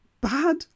bad